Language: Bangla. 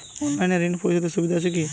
অনলাইনে ঋণ পরিশধের সুবিধা আছে কি?